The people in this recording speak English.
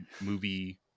movie